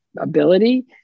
ability